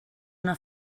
una